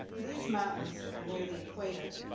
these mountains are near the equator,